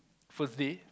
first day